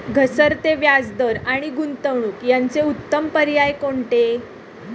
घसरते व्याजदर आणि गुंतवणूक याचे उत्तम पर्याय कोणते?